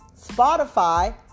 Spotify